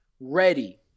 ready